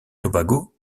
tobago